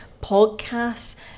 podcasts